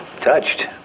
touched